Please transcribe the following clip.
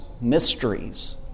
mysteries